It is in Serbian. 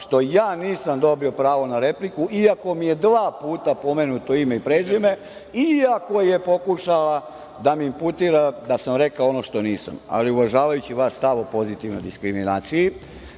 što ja nisam dobio pravo na repliku, iako mi je dva puta pomenuto ime i prezime, iako je pokušala da mi inputira da sam rekao ono što nisam. Ali, uvažavajući Vaš stav o pozitivnoj diskriminaciji,